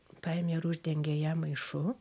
paėmė ir uždengė ją maišu